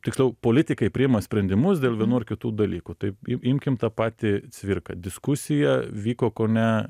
tiksliau politikai priima sprendimus dėl vienų ar kitų dalykų tai i imkim tą patį cvirką diskusija vyko kone